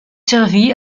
servi